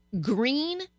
green